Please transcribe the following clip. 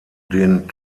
den